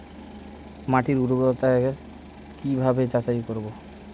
মাটির উর্বরতা কি ভাবে যাচাই করব?